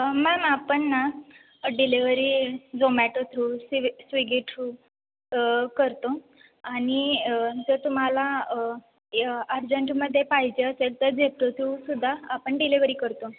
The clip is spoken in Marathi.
मॅम आपण ना डिलेवरी झोमॅटो थ्रू स्वि स्विगी थ्रू करतो आणि जर तुम्हाला अर्जंटमध्ये पाहिजे असेल तर झेप्टो थ्रू सुद्धा आपण डिलेवरी करतो